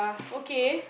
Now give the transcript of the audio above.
okay